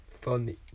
Funny